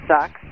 sucks